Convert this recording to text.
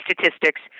statistics